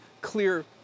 clear